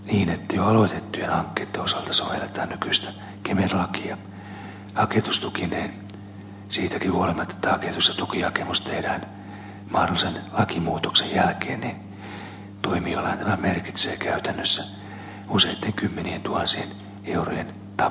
inacio luiset ja siitäkin huolimatta että haketus ja tukihakemus tehdään mahdollisen lakimuutoksen jälkeen niin toimijoillehan tämä merkitsee käytännössä useitten kymmenien tuhansien eurojen tappioita